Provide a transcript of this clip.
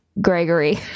Gregory